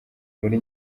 muri